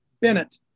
bennett